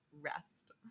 rest